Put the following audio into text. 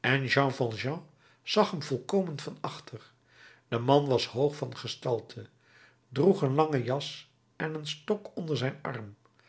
en jean valjean zag hem volkomen van achter de man was hoog van gestalte droeg een lange jas en een stok onder zijn arm